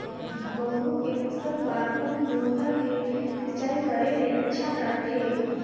गहूं के फसल बार कोन मोटर ले सिंचाई करे ले अच्छा रथे?